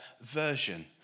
version